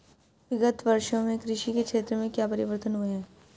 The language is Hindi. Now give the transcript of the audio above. विगत वर्षों में कृषि के क्षेत्र में क्या परिवर्तन हुए हैं?